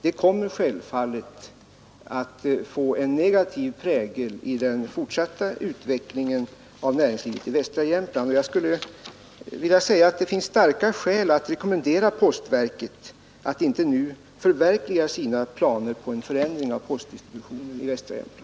Det kommer självfallet att få en negativ effekt på den fortsatta utvecklingen av näringslivet i västra Jämtland, och jag skulle vilja säga att det finns starka skäl att rekommendera postverket att inte nu förverkliga sina planer på en förändring av postdistributionen i västra Jämtland.